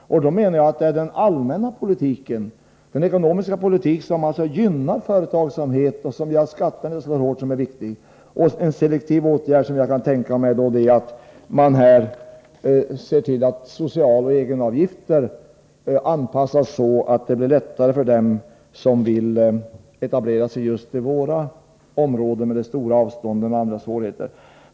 Jag menar att det är den allmänna politiken, den ekonomiska politik som gynnar företagsamhet — som vi beskattar alldeles för hårt — som är viktig. En selektiv åtgärd som jag kan tänka mig är att man ser till att socialoch egenavgifter anpassas så att det blir lättare för dem som vill etablera sig just i våra områden, med de stora avstånden och andra svårigheter.